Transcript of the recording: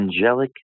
Angelic